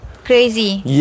Crazy